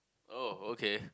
oh okay